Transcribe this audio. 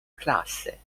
classe